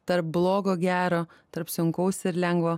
tarp blogo gero tarp sunkaus ir lengvo